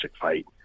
fight